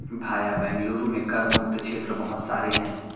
भैया बेंगलुरु में कर मुक्त क्षेत्र बहुत सारे हैं